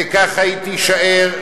וככה היא תישאר,